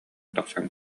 тахсан